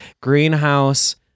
greenhouse